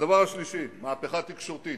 הדבר השלישי, מהפכה תקשורתית.